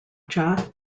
cha